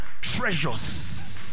treasures